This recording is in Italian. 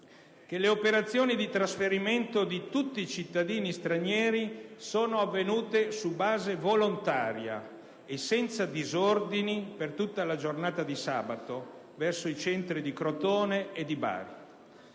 che le operazioni di trasferimento di tutti i cittadini stranieri sono avvenute su base volontaria e senza disordini per tutta la giornata di sabato, verso i centri di Crotone e di Bari.